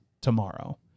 tomorrow